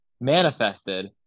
manifested